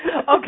Okay